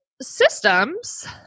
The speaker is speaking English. systems